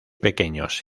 pequeños